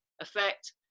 effect